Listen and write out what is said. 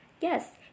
Yes